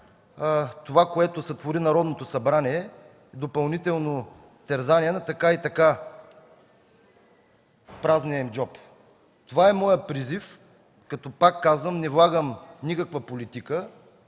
това, което сътвори Народното събрание – допълнително терзание на така и така празният им джоб. Това е моят призив. Пак казвам, не влагам никаква политика.